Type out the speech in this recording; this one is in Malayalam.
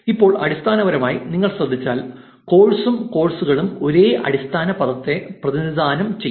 ഇപ്പോൾ അടിസ്ഥാനപരമായി നിങ്ങൾ ശ്രദ്ധിച്ചാൽ കോഴ്സും കോഴ്സുകളും ഒരേ അടിസ്ഥാന പദത്തെ പ്രതിനിധാനം ചെയ്യുന്നു